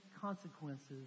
consequences